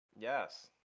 Yes